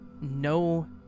no